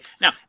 Now